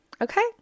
okay